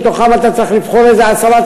מתוכם אתה צריך לבחור איזה עשרה,